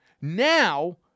Now